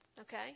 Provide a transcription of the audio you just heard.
Okay